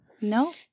No